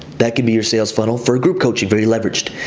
that can be your sales funnel for group coaching, very leveraged.